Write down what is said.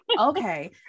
okay